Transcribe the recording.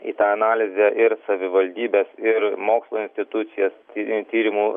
į tą analizę ir savivaldybes ir mokslo institucijas ir tyrimų